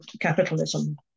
capitalism